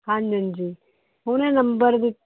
ਹਾਂਜੀ ਹਾਂਜੀ ਉਹਨਾਂ ਨੰਬਰ ਵੀ